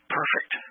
perfect